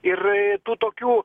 ir tų tokių